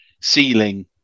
ceiling